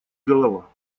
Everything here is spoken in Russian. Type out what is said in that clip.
голова